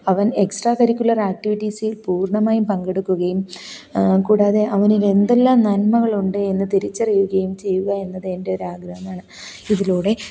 അവന് extra curricular ആക്റ്റിവിറ്റീസിൽ പൂര്ണ്ണമായും പങ്കെടുക്കുകയും കൂടാതെ അവനിൽ എന്തെല്ലാം നന്മകളുണ്ട് എന്ന് തിരിച്ചറിയുകയും ചെയ്യുക എന്നത് എന്റെ ഒരാഗ്രഹമാണ് ഇതിലൂടെ